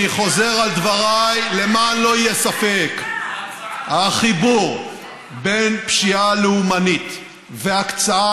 אני חוזר על דבריי למען לא יהיה ספק: החיבור בין פשיעה לאומנית והקצנה